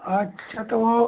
अच्छा तो